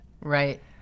Right